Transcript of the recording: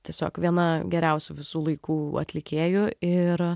tiesiog viena geriausių visų laikų atlikėjų ir